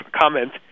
comment